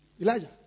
Elijah